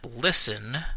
listen